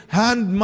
hand